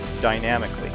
dynamically